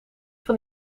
van